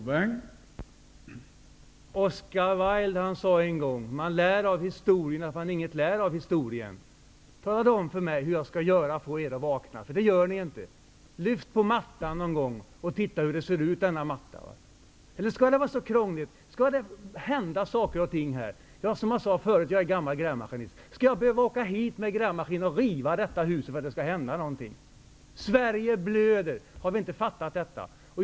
Herr talman! Oscar Wilde sade en gång att man lär av historien att man inget lär av historien. Tala då om för mig hur jag skall göra för att få er att vakna, eftersom ni inte gör det. Lyft på mattan någon gång och titta hur det ser ut. Skall det vara så krångligt? Skall det behöva hända saker och ting här? Som jag sade tidigare är jag gammal grävmaskinist. Skall jag behöva åka hit med grävmaskin och riva detta hus för att det skall hända någonting? Sverige blöder. Har vi inte fattat detta?